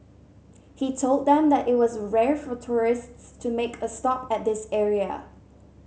he told them that it was rare for tourists to make a stop at this area